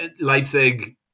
Leipzig